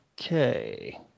Okay